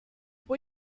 fue